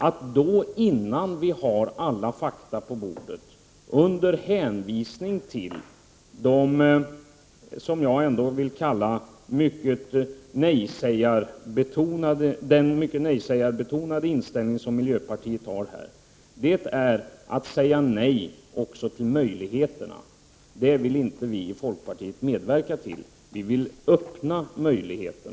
Att säga nej innan vi har alla fakta på bordet och att ha vad jag vill kalla den mycket nej-sägar-betonade inställning som miljöpartiet här har, är att säga nej också till möjligheterna. Det vill inte vi i folkpartiet medverka till. Vi vill öppna nya möjligheter.